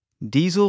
Diesel